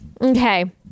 Okay